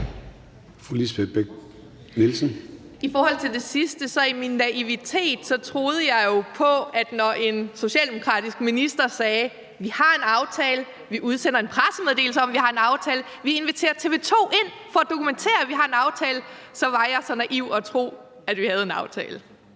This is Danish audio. I forhold til det sidste troede jeg jo i min naivitet på det, når en socialdemokratisk minister sagde: Vi har en aftale; vi udsender en pressemeddelelse om, at vi har en aftale; vi inviterer TV 2 ind for at dokumentere, at vi har en aftale. Da var så naiv at tro, at vi havde en aftale.